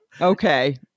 Okay